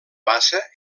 bassa